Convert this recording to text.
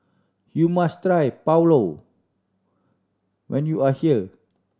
you must try Pulao when you are here